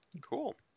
Cool